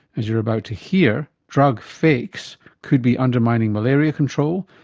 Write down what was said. as you're about to hear, drug fakes could be undermining malaria control,